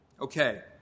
Okay